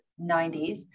90s